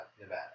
Nevada